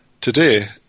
today